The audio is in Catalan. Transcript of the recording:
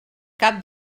cap